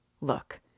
Look